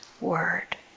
word